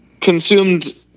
consumed